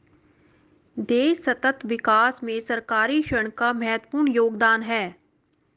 देश सतत विकास में सरकारी ऋण का महत्वपूर्ण योगदान है